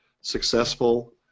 successful